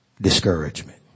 Discouragement